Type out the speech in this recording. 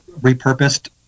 repurposed